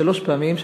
שלוש פעמים,